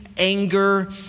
anger